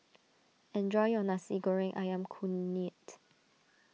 enjoy your Nasi Goreng Ayam Kunyit